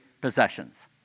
possessions